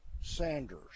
Sanders